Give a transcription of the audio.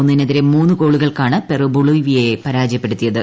ഒന്നിനെതിരെ മൂന്നു ഗോളുകൾക്കാണ് പെറു ബൊളീവിയയെ പരാജയപ്പെടുത്തിയത്